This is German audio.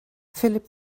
philipp